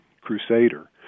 crusader